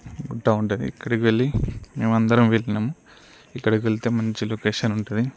గుట్ట ఉంటుంది అక్కడికి వెళ్లి మేమందరం వెళ్ళినాము ఇక్కడికి వెళ్తే మంచి లోకేషన్ ఉంటుంది